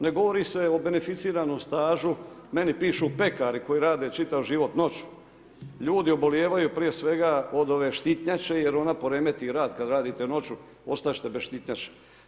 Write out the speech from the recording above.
Ne govori se o beneficiranom stažu, meni pišu pekari koji rade čitav život noćnu, ljudi oblijevaju prije svega, od ove štitnjače, jer ona poremeti rad, kada radite noću, ostati ćete bez štitnjače.